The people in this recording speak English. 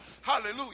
hallelujah